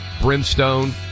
brimstone